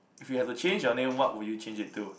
if you have to change your name what would you change it to